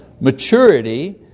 maturity